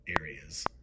areas